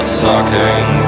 sucking